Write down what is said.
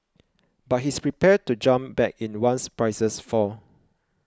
but he's prepared to jump back in once prices fall